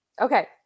Okay